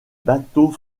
bateaux